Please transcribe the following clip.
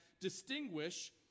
distinguish